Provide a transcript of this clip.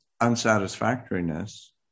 unsatisfactoriness